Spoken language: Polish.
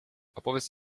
opowiedz